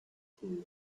too